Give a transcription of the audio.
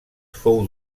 fou